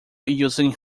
using